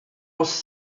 was